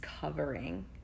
covering